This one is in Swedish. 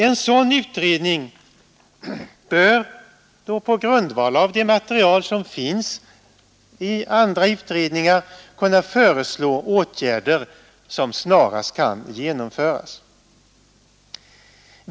En sådan utredning bör på grundval av det material som finns i andra utredningar kunna föreslå åtgärder som snabbt kan genomföras.